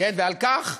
ועל כך,